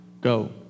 go